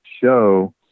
show